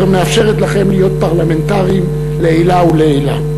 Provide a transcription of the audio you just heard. מאפשרת לכם להיות פרלמנטרים לעילא ולעילא.